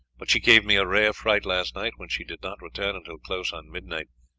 but she gave me a rare fright last night when she did not return until close on midnight.